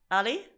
Ali